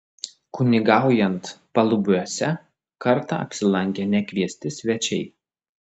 kunigaujant palubiuose kartą apsilankė nekviesti svečiai